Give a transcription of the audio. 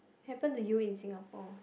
happen to you in Singapore